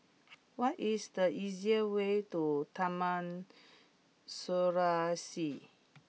what is the easiest way to Taman Serasi